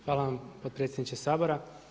Hvala vam potpredsjedniče Sabora.